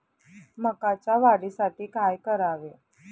मकाच्या वाढीसाठी काय करावे?